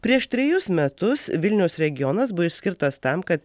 prieš trejus metus vilniaus regionas buvo išskirtas tam kad